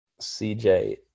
cj